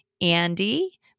Andy